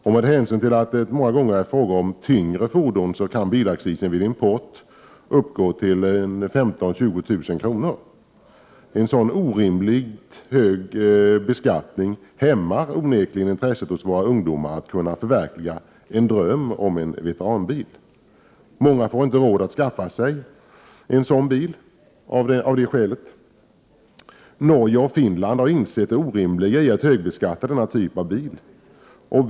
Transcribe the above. Då det många gånger är fråga om tyngre fordon kan bilaccisen vid import uppgå till 15 000—20 000 kr. En så orimligt hög beskattning hämmar onekligen hos våra ungdomar intresset för att kunna förverkliga en dröm om en veteranbil. Många får inte råd att skaffa sig en sådan bil på grund av den höga beskattningen. I Norge och Finland har man insett det orimliga i att beskatta denna typ av bilar så hårt.